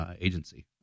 agency